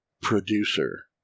producer